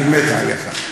אני מת עליך.